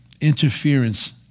interference